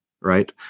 right